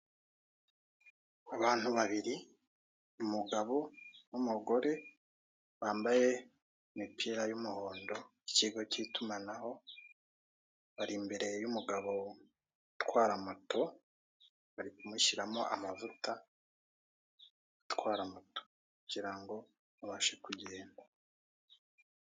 Abantu babiri umugabo n'umugore bambaye imipira y'umuhondo y'ikigo cy'itumanaho. Bari imbere y'umugabo utwara moto, bari kumushyiriramo amavuta atwara moto kugirango abashe kugenda.